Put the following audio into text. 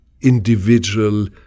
individual